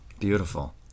Beautiful